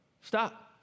Stop